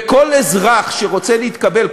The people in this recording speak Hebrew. וכל אזרח שרוצה להתקבל,